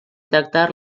tractar